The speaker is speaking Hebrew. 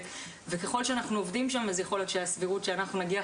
וככל שאנחנו עובדים שם יכול להיות שהסבירות שאנחנו נגיע,